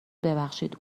ببخشید